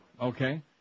Okay